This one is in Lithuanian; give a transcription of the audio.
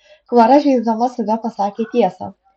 klara žeisdama save pasakė tiesą